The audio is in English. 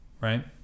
Right